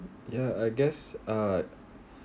ya I guess uh